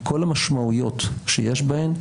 על כל המשמעויות שיש בהן,